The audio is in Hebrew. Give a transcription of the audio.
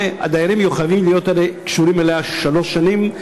הדיירים יהיו חייבים להיות קשורים אליה שלוש שנים.